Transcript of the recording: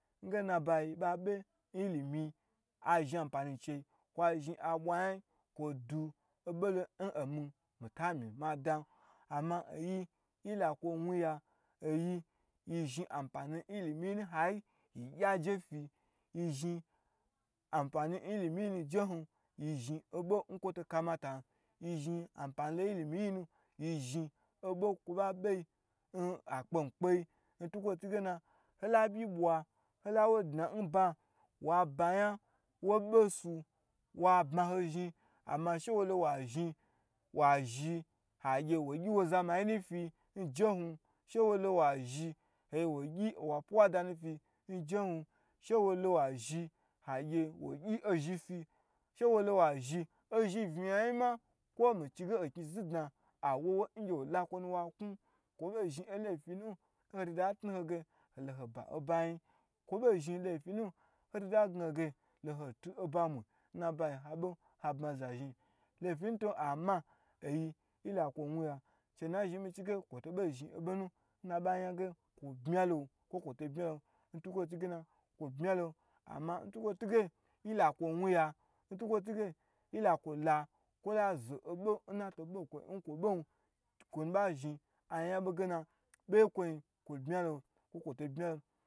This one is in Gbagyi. Nbayi babe n ilimiyi azhin an pani n na bayi kwa zhi abwa ya kwo do obolo na omi mitami madan ama oyi yi lakwo wuya oyi yi apma n ilimi yi gyi aje fi, yi zhin apma ilimi yi nu nje hun yi zhin abo ba to kamatan yi zhi anpani ilimi nje hun yi zhin abo ba bei be nna akpe mikpeyi ntukwo tu ngena olabyi dna hdawo dna nba nnabayi woi be nsu wa bma ho zhin ama shewolo wa zhi agye wo gyi wo azama yi nu fi njehun, wa zhi woi gyi wa fuwa danufi njehun, she wolo wazhi age wogyi ozhi fi ozhi vna yan yi ma kwo miche nge okni znidna awowo ngyu wolakwo wo knu, kwo bo zhi obo laifi yan nu nho dada tnu hoba oba yin, kwo boi zhin laifina nho dada gna ho ge loho tu obamu n nabayi habe habma za zhin, to ama oyi yila kwo wuya chenazhi migu kwoto bui zhi n na ba chi ge kwo bme lo kwo kwo to bme lo ntukuo tu n ge yilakwo la kwo la zo obo n ato be nkwo yi n kwo bon chenu ba zhin ayan bo ge be ye kwo bme lo